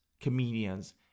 comedians